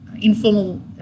informal